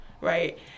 right